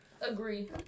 Agree